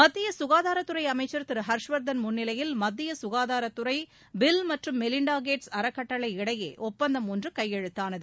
மத்திய சுகாதாரத்துறை அமைச்சர் திரு ஹர்ஷ்வர்தன் முன்னிலையில் மத்திய சுகாதாரத்துறை பில் மற்றும் மெலிண்டா கேட்ஸ் அறக்கட்டளை இடையே ஒப்பந்தம் ஒன்று கையெழுத்தானது